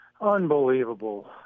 Unbelievable